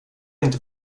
inte